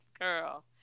girl